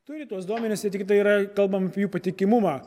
turi tuos duomenis ir tiktai yra kalbam apie jų patikimumą